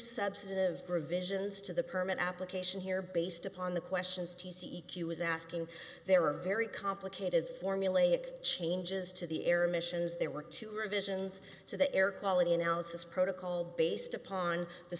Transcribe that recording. substantive visions to the permit application here based upon the questions t c e q was asking there were very complicated formulaic changes to the air missions there were two revisions to the air quality analysis protocol based upon the